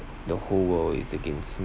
the whole world is against